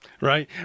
Right